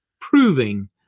proving